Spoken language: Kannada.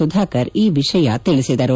ಸುಧಾಕರ್ ಈ ವಿಷಯ ತಿಳಿಸಿದರು